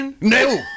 No